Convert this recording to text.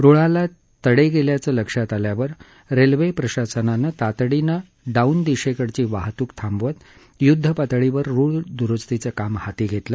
रुळाला तडे गेल्याचं लक्षात आल्यावर रेल्वे प्रशासनानं तातडीनं डाऊन दिशेकडची वाहतूक थांबवत युद्धपातळीवर रुळ दुरुस्तीचं काम हाती घेतलं